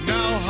Now